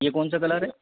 ये कौनसा कलर है